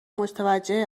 متوجه